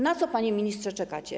Na co, panie ministrze, czekacie?